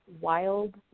Wild